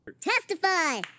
Testify